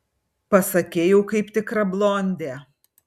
pasakei jau kaip tikra blondė